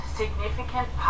significant